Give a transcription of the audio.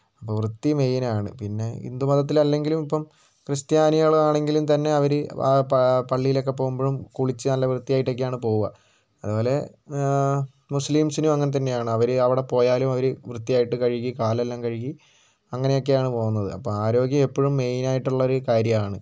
വൃത്തി മെയിൻ ആണ് പിന്നെ ഹിന്ദു മതത്തിൽ അല്ലങ്കിലും ഇപ്പൊ ക്രിസത്യായാനികൾ ആണെങ്കിലും തന്നെ അവര് പള്ളിയിൽ ഒക്കെ പോകുമ്പോഴും കുളിച്ച് നല്ല വൃത്തിയായിട്ട് ആണ് പോകുക അതുപോലെ മുസ്ലിംസിനും അങ്ങനെ തന്നെ ആണ് അവര് അവിടെ പോയാലും അവര് വൃത്തിയായിട്ടു കഴുകി കാൽ എല്ലാം കഴുകി അങ്ങനെ ഒക്കെ ആണ് പോകുന്നത് അപ്പൊ ആരോഗ്യമെപ്പോഴും മെയിൻ ആയിട്ടുള്ള കാര്യം ആണ്